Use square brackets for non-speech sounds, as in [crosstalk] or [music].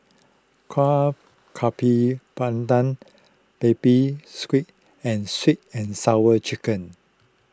Kuih [unintelligible] Pandan Baby Squid and Sweet and Sour Chicken